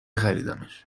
خریدمش